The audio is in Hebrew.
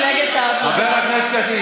ולכן,